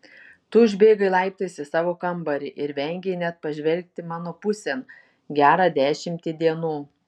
tu užbėgai laiptais į savo kambarį ir vengei net pažvelgti mano pusėn gerą dešimtį dienų